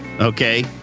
okay